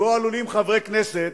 שבו עלולים חברי כנסת